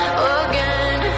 again